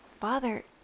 Father